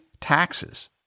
taxes